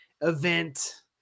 event